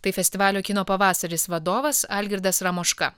tai festivalio kino pavasaris vadovas algirdas ramoška